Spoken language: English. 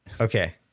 Okay